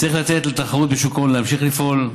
צריך לתת לתחרות בשוק ההון להמשיך לפעול,